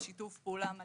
בשיתוף פעולה מלא,